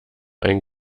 einen